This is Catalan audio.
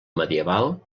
medieval